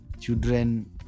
children